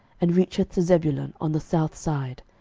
and reacheth to zebulun on the south side,